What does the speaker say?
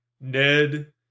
Ned